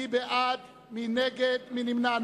מי בעד, מי נגד, מי נמנע?